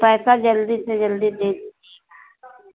पैसा जल्दी से जल्दी दे